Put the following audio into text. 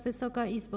Wysoka Izbo!